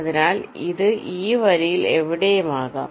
അതിനാൽ ഇത് ഈ വരിയിൽ എവിടെയും ആകാം